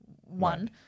one